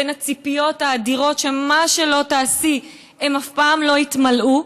בין הציפיות האדירות שמה שלא תעשי הן אף פעם לא יתמלאו,